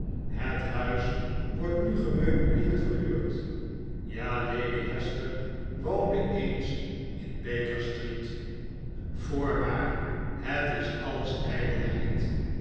het huis wordt nu gemeubileerd verhuurd ja lady hester woonde eens in baker street voorwaar het is alles